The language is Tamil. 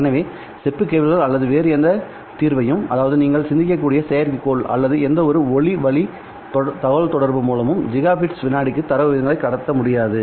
எனவே செப்பு கேபிள்கள் அல்லது வேறு எந்த தீர்வையும் அதாவது நீங்கள் சிந்திக்கக்கூடிய செயற்கைக்கோள் அல்லது எந்தவொரு ஒலி வழி தகவல்தொடர்பு மூலமும் சிகாபிட்ஸில் வினாடிக்கு தரவு விகிதங்களை கடத்த முடியாது